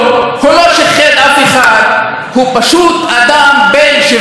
הוא פשוט אדם בן 70 שיושב בכפר שלו,